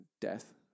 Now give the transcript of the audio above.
death